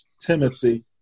Timothy